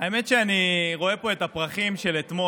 האמת היא שאני רואה פה את הפרחים של אתמול,